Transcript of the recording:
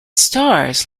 stars